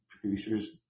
producers